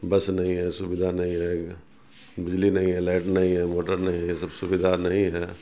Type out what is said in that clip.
بس نہیں ہے سویدھا نہیں ہے بجلی نہیں ہے لائٹ نہیں ہے موٹر نہیں ہے یہ سب سویدھا نہیں ہے